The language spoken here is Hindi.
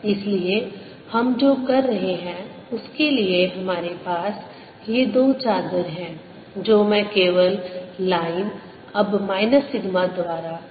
इसलिए हम जो कर रहे हैं उसके लिए हमारे पास ये दो चादर हैं जो मैं केवल लाइन अब माइनस सिग्मा द्वारा दिखा रहा हूं